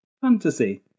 fantasy